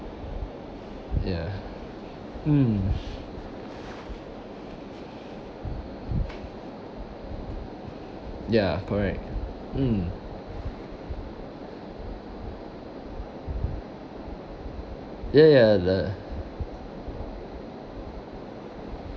ya mm ya correct mm ya ya the ya mm ya correct mm ya ya the